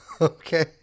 Okay